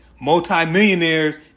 Multi-millionaires